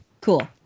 Cool